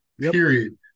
period